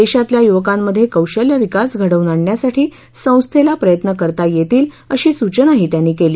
देशातल्या युवकांमध्ये कौशल्य विकास घडवून आणण्यासाठी संस्थेला प्रयत्न करता येतील अशी सूचनाही त्यांनी केली